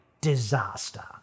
disaster